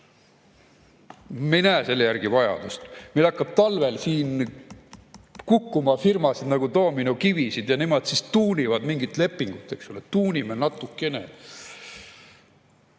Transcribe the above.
Me ei näe selle järele vajadust. Meil hakkab talvel kukkuma firmasid nagu doominokivisid, aga nemad tuunivad mingit lepingut, eks ole! Tuunime natukene.